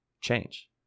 change